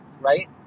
right